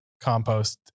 compost